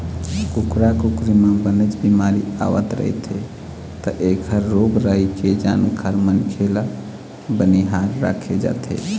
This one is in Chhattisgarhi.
कुकरा कुकरी म बनेच बिमारी आवत रहिथे त एखर रोग राई के जानकार मनखे ल बनिहार राखे जाथे